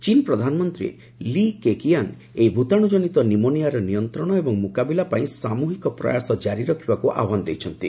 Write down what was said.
ଚୀନ୍ ପ୍ରଧାନମନ୍ତ୍ରୀ Li Keqiang ଏହି ଭୂତାଣୁଜ୍ଜନିତ ନିମୋନିଆର ନିୟନ୍ତ୍ରଣ ଓ ମୁକାବିଲାପାଇଁ ସାମ୍ବହିକ ପ୍ରୟାସ ଜାରି ରଖିବାକୁ ଆହ୍ୱାନ ଦେଇଛନ୍ତି